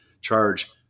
charge